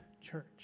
church